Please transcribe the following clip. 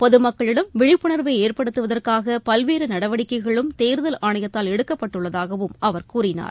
பொதுமக்களிடம் விழிப்புண்வைஏற்படுத்துவதற்காகபல்வேறுநடவடிக்கைகளும் தேர்தல் ஆணையத்தால் எடுக்கப்பட்டுள்ளதாகவும் அவர் கூறினார்